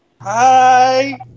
hi